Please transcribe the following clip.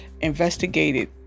investigated